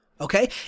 Okay